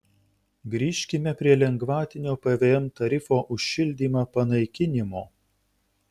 grįžkime prie lengvatinio pvm tarifo už šildymą panaikinimo